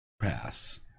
pass